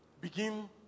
Begin